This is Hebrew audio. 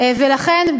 ולכן,